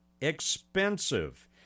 expensive